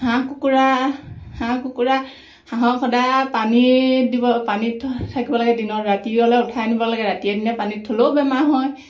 হাঁহ কুকুৰা হাঁহ কুকুৰা হাঁহক সদায় পানী দিব পানীত থাকিব লাগে দিনত ৰাতি হ'লে উঠাই আনিব লাগে ৰাতিয়ে দিনে পানীত থ'লেও বেমাৰ হয়